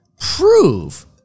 prove